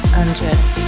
undress